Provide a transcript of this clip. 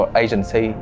agency